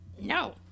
No